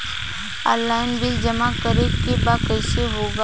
Online bill जमा करे के बा कईसे होगा?